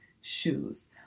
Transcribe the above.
shoes